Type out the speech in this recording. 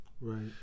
Right